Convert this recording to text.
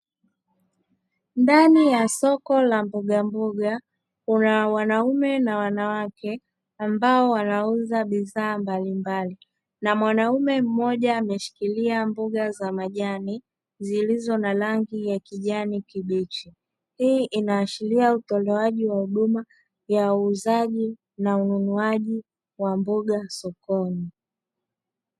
Ndani ya soko la mbogamboga, kuna wanaume na wanawake ambao wanauza bidhaa mbalimbali na mwanaume mmoja ameshikilia mboga za majani, zilizo na rangi ya kijani kibichi, hii inaashiria utolewaji wa huduma ya uuzaji na ununuwaji wa mboga sokoni.